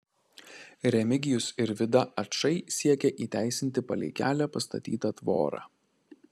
remigijus ir vida ačai siekia įteisinti palei kelią pastatytą tvorą